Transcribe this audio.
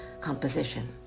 composition